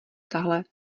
tahle